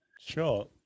Sure